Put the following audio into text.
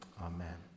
amen